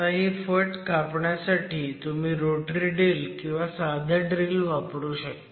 आता ही फट कापण्यासाठी तुम्ही रोटरी ड्रिल किंवा साधं ड्रिल वापरू शकता